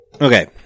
Okay